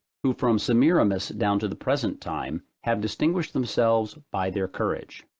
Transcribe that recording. who from semiramis down to the present time, have distinguished themselves by their courage.